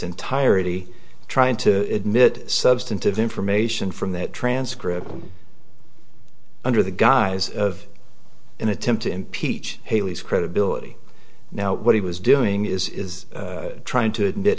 entirety trying to admit substantive information from that transcript under the guise of an attempt to impeach haley's credibility now what he was doing is is trying to